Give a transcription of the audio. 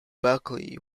buckley